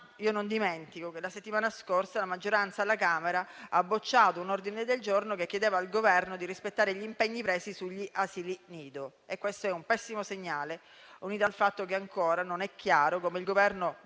ma non dimentico che la settimana scorsa la maggioranza alla Camera dei deputati ha bocciato un ordine del giorno che chiedeva al Governo di rispettare gli impegni presi sugli asili nido. E questo è un pessimo segnale, unito al fatto che ancora non è chiaro come il Governo vuole